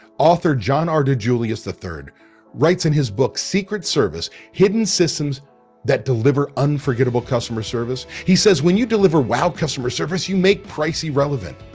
author john r. dejulius the third writes in his book secret service hidden systems that deliver unforgettable customer service. he says, when you deliver wow customer service, you make price irrelevant.